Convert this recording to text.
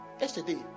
Yesterday